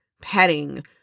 petting